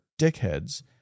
dickheads